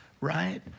right